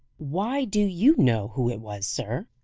why, do you know who it was, sir?